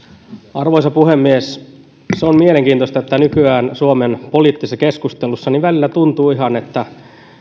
arvoisa puhemies on mielenkiintoista että nykyään suomen poliittisessa keskustelussa välillä tuntuu ihan siltä että